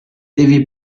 devi